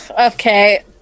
okay